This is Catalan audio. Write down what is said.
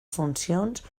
funcions